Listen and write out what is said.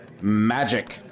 Magic